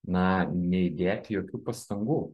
na neįdėti jokių pastangų